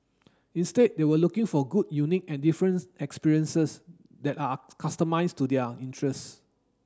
instead they were looking for good unique and different experiences that are customised to their interests